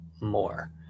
more